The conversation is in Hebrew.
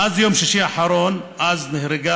מאז יום שישי האחרון, אז נהרגה